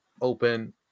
open